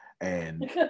And-